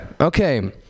Okay